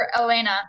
elena